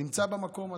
נמצא במקום הזה.